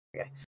Okay